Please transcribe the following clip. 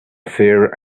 fear